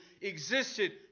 existed